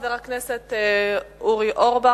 חבר הכנסת אורי אורבך,